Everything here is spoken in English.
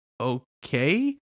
okay